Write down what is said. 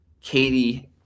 Katie